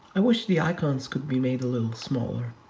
i wish the icons could be made a little smaller.